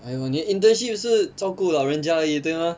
哎哟你的 internship 是照顾老人家而已对吗